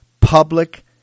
public